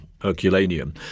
Herculaneum